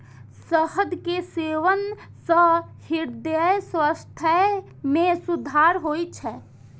शहद के सेवन सं हृदय स्वास्थ्य मे सुधार होइ छै